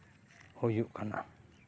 ᱦᱩᱭᱩᱜ ᱠᱟᱱᱟ